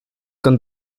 con